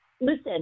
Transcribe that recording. listen